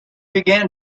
began